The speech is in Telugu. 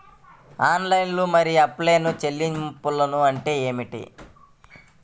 ఆన్లైన్ మరియు ఆఫ్లైన్ చెల్లింపులు అంటే ఏమిటి?